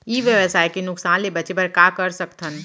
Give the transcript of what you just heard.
ई व्यवसाय के नुक़सान ले बचे बर का कर सकथन?